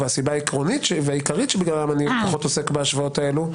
והסיבה העקרונית והעיקרית שבגללן אני פחות עוסק בהשוואות האלו,